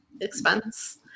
expense